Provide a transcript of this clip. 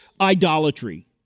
idolatry